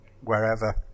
wherever